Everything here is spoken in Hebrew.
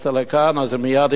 אז זה מייד "התפרעויות".